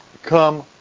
come